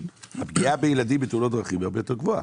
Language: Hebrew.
הפגיעה בילדים בתאונות דרכים היא הרבה יותר גבוהה.